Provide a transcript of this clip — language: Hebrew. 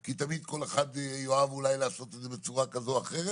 כי תמיד כל אחד יאהב אולי לעשות את זה בצורה כזו או אחרת.